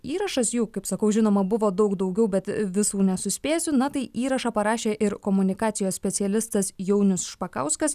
įrašas jų kaip sakau žinoma buvo daug daugiau bet visų nesuspėsiu na tai įrašą parašė ir komunikacijos specialistas jaunius špakauskas